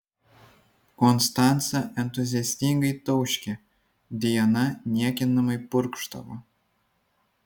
konstanca entuziastingai tauškė diana niekinamai purkštavo